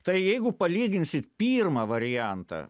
tai jeigu palyginsit pirmą variantą